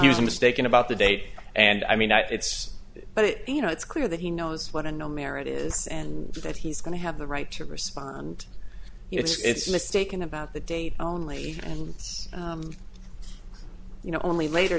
he was mistaken about the date and i mean it's but you know it's clear that he knows what a no merit is and that he's going to have the right to respond it's mistaken about the date only and you know only later